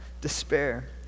despair